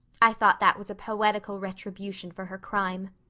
i thought that was a poetical retribution for her crime.